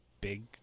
big